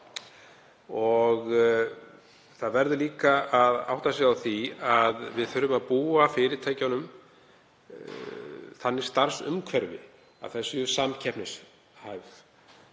Það verður líka að átta sig á því að við þurfum að búa fyrirtækjunum þannig starfsumhverfi að þau séu samkeppnishæf